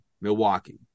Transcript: Milwaukee